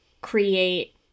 create